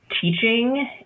teaching